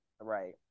Right